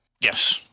Yes